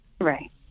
Right